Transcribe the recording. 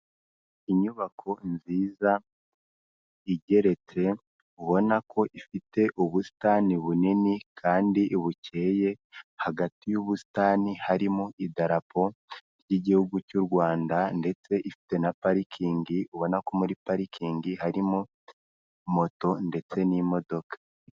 Inyubako nziza igeretse, ubona ko ifite ubusitani bunini kandi bukeye, hagati y'ubusitani harimo Idarapo ry'Igihugu cy'u Rwanda ndetse ifite na parikingi, ubona ko muri parikingi harimo moto ndetse n'imodoka.